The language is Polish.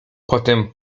potem